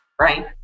right